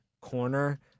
corner